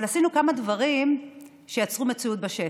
אבל עשינו כמה דברים שיצרו מציאות בשטח,